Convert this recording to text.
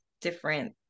different